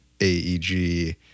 AEG